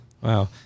Wow